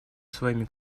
своими